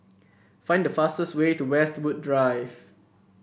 find the fastest way to Westwood Drive